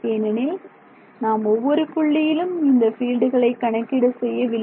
ஏனெனில் நாம் ஒவ்வொரு புள்ளியிலும் இந்த பீல்டுகளை கணக்கீடு செய்யவில்லை